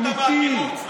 אמיתי,